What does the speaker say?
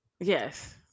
Yes